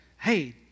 hey